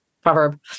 proverb